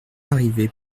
larrivé